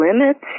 limits